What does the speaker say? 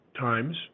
times